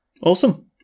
Awesome